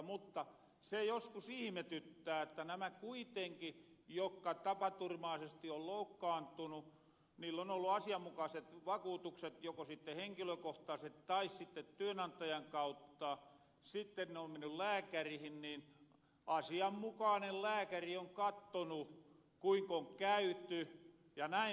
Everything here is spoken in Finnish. mutta se joskus ihmetyttää että kun näillä kuitenki jokka tapaturmaasesti on loukkaantu on ollu asianmukaaset vakuutukset joko henkilökohtaaset tai sitte työnantajan kautta ja sitte ne on menny lääkärihin ja asianmukaanen lääkäri on kattonu kuinkon käyny jnp